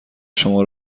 شما